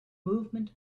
movement